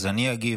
אז אני אגיב: